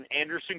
Anderson